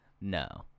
No